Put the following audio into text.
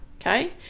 okay